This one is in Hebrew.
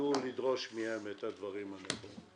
ידעו לדרוש מהם את הדברים הנכונים.